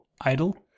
Idle